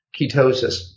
ketosis